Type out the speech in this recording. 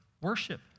worship